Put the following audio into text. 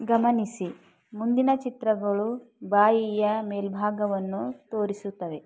ಗಮನಿಸಿ ಮುಂದಿನ ಚಿತ್ರಗಳು ಬಾಯಿಯ ಮೇಲ್ಭಾಗವನ್ನು ತೋರಿಸುತ್ತವೆ